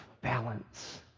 balance